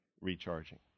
recharging